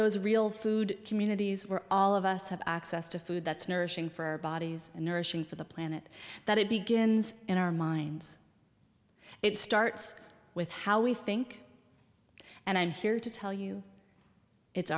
those real food communities where all of us have access to food that's nourishing for our bodies and nourishing for the planet that it begins in our minds it starts with how we think and i'm here to tell you it's